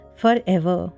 forever